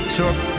took